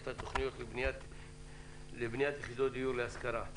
את התוכניות לבניית יחידות דיור להשכרה.